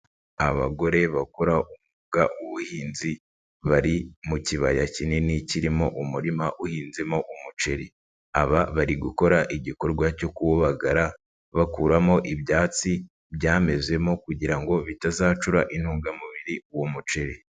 Abagore bakora umwuga w'ubuhinzi, bari mu kibaya kinini kirimo umurima uhinzemo umuceri. Aba bari gukora igikorwa cyo kuwubagara, bakuramo ibyatsi byamezemo kugira ngo bitazacura intungamubiri uwo muceri.